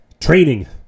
training